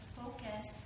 focus